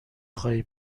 خوای